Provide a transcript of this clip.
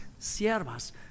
siervas